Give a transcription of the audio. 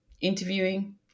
interviewing